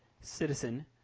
Citizen